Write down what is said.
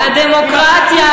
הדמוקרטיה,